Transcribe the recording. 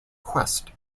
quest